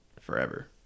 forever